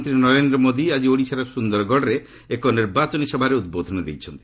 ପ୍ରଧାନମନ୍ତ୍ରୀ ନରେନ୍ଦ୍ର ମୋଦି ଆଜି ଓଡ଼ିଶାର ସୁନ୍ଦରଗଡ଼ରେ ଏକ ନିର୍ବାଚନୀ ସଭାରେ ଉଦ୍ବୋଧନ ଦେଇଛନ୍ତି